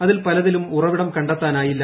അതിൽ പലതിലും ഉറവിടം കണ്ടെത്താനായില്ല